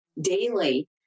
daily